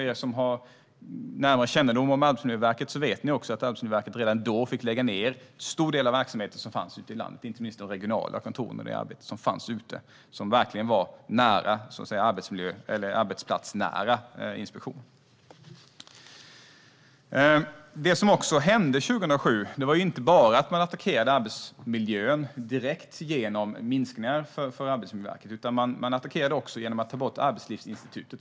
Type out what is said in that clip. Ni som har närmare kännedom om Arbetsmiljöverket vet att de redan då fick lägga ned en stor del av den verksamhet som fanns ute i landet, inte minst de regionala kontoren. Det gällde det arbete som gjordes ute i landet och som verkligen handlade om arbetsplatsnära inspektioner. Det hände också andra saker 2007. Det handlade inte bara om att regeringen attackerade arbetsmiljön direkt genom minskningar för Arbetsmiljöverket, utan man attackerade den också genom att ta bort Arbetslivsinstitutet.